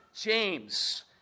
James